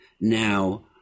now